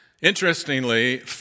Interestingly